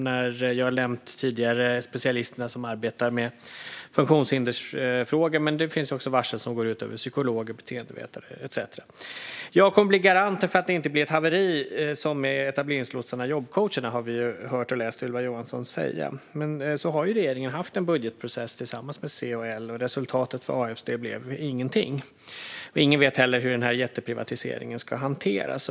Jag har tidigare nämnt varslen av specialisterna som arbetar med funktionshindersfrågor, men det finns också varsel som går ut över psykologer, beteendevetare etcetera. Jag kommer att bli garanten för att det inte blir ett haveri som med etableringslotsarna och jobbcoacherna, har vi hört och läst Ylva Johansson säga. Men nu har regeringen haft en budgetprocess tillsammans med C och L, och resultatet för AF:s del blev ju ingenting. Ingen vet heller hur denna jätteprivatisering ska hanteras.